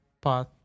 path